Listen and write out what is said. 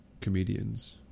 comedians